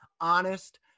honest